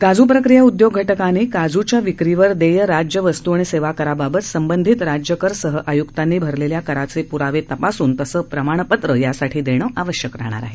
काजू प्रक्रिया उदयोग घटकाने काजूच्या विक्रीवर देय राज्य वस्तू आणि सेवा कराबाबत संबंधित राज्यकर सह आय्क्तांनी भरलेल्या कराचे प्रावे तपासून तसं प्रमाणपत्रं देणं आवश्यक आहे